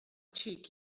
xic